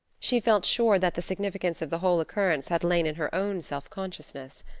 she felt sure that the significance of the whole occurrence had lain in her own self-consciousness.